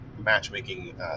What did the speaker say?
matchmaking